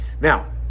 Now